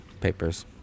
papers